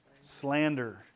Slander